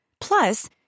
plus